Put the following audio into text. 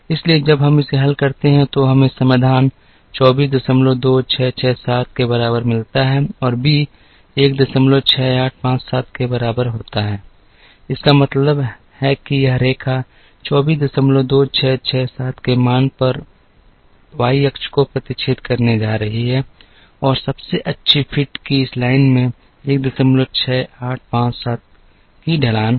इसलिए जब हम इसे हल करते हैं तो हमें समाधान 242667 के बराबर मिलता है और b 16857 के बराबर होता है इसका मतलब है कि यह रेखा 242667 के मान पर Y अक्ष को प्रतिच्छेद करने जा रही है और सबसे अच्छी फिट की इस लाइन में 16857 की ढलान है